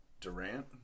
Durant